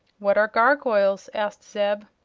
what are gargoyles? asked zeb.